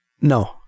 no